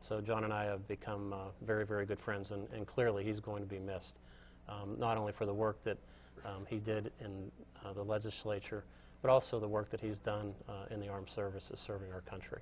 so john and i have become very very good friends and clearly he's going to be missed not only for the work that he did in the legislature but also the work that he's done in the armed services serving our country